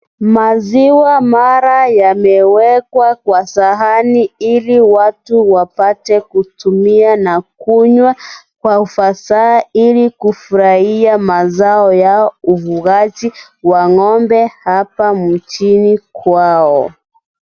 Maziwa mala yamewekwa kwa sahani, ili watu wapate kutumia na kunywa kwa ufasaha, ili kufurahia mazao yao. Ufugaji wa ng'ombe hapa mjini kwao.